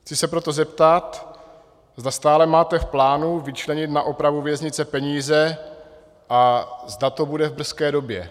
Chci se proto zeptat, zda stále máte v plánu vyčlenit na opravu věznice peníze a zda to bude v brzké době.